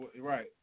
Right